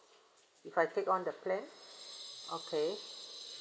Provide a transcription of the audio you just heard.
if I take on the plan okay